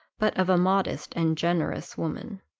but of a modest and generous woman.